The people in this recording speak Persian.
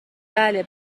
بله